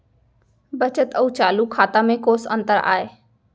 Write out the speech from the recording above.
बचत अऊ चालू खाता में कोस अंतर आय?